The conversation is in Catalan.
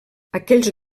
aquells